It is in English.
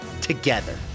together